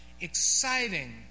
exciting